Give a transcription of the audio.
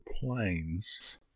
Planes